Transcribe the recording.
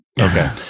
Okay